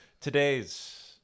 today's